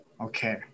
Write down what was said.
okay